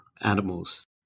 animals